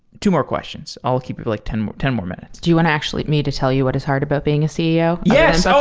two more questions. i'll keep it like ten more ten more minutes. do you want actually me to tell you what is hard about being ceo other so